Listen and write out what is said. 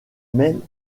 même